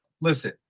listen